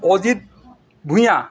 Ajit Bhuyan